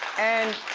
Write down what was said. and